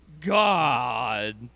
God